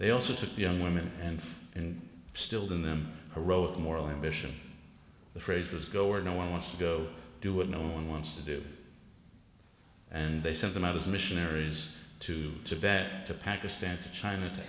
they also took the young women and still them heroic moral ambition the phrases go where no one wants to go do what no one wants to do and they sent them out as missionaries to tibet to pakistan to china to